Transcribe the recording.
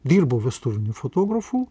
dirbau vestuviniu fotografu